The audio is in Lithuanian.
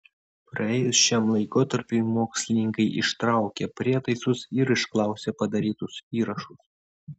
praėjus šiam laikotarpiui mokslininkai ištraukė prietaisus ir išklausė padarytus įrašus